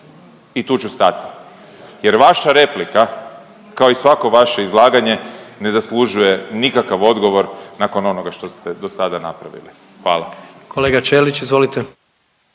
i tu ću stati jer vaša replika kao i svako vaše izlaganje ne zaslužuje nikakav odgovor nakon onoga što ste do sada napravili. Hvala. **Jandroković, Gordan